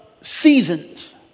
seasons